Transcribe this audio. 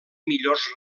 millors